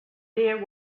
there